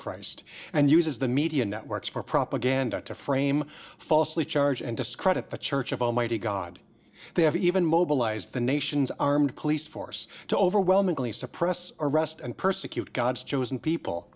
christ and uses the media networks for propaganda to frame falsely charge and discredit the church of almighty god they have even mobilized the nation's armed police force to overwhelmingly suppress arrest and persecute god's chosen people